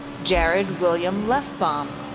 jared william lefbom,